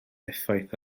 effaith